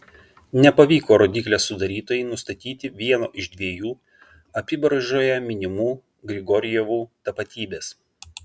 nepavyko rodyklės sudarytojai nustatyti vieno iš dviejų apybraižoje minimų grigorjevų tapatybės